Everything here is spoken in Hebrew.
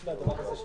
(היו"ר מיכאל מלכיאלי, 15:35)